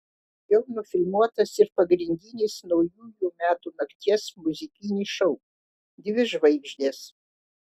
jau nufilmuotas ir pagrindinis naujųjų metų nakties muzikinis šou dvi žvaigždės